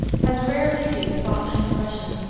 has rare beauty of thought and expression.